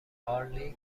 پارلی